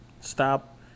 Stop